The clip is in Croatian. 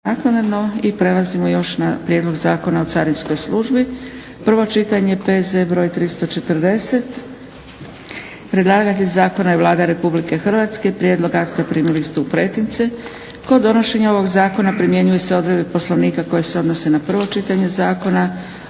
(SDP)** I prelazimo još na - Prijedlog zakona o carinskoj službi, prvo čitanje, P.Z. br. 314 Predlagatelj zakona je Vlada RH. Prijedlog akta primili ste u pretince. Kod donošenja ovog zakona primjenjuju se odredbe Poslovnika koje se odnose na prvo čitanje zakona